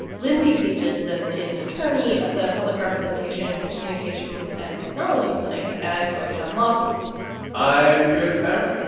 lindsay teaches and is an attorney at the public representation communications and technology clinic at georgetown law school i am felix salmon.